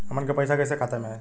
हमन के पईसा कइसे खाता में आय?